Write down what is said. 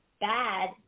bad